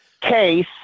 case